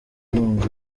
inkunga